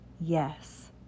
yes